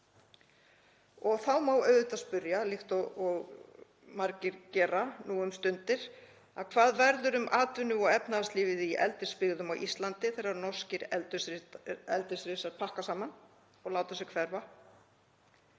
Þá má auðvitað spyrja, líkt og margir gera nú um stundir: Hvað verður um atvinnu- og efnahagslífið í eldisbyggðum á Íslandi þegar norskir eldisrisar pakka saman og láta sig hverfa?